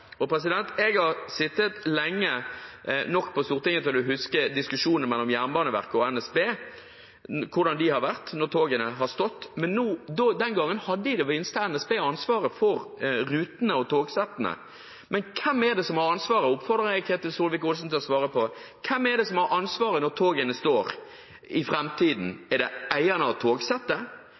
Jeg har sittet lenge nok på Stortinget til å huske hvordan diskusjonene mellom Jernbaneverket og NSB har vært når togene har stått, men den gangen hadde i det minste NSB ansvaret for rutene og togsettene. Men hvem er det som har ansvaret når togene står i framtiden? Det oppfordrer jeg Ketil Solvik-Olsen til å svare på. Er det eierne av togsettet, er det de som driver vedlikehold av togsettet, som er en annen gjeng, er det